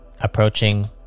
approaching